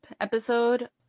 episode